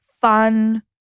fun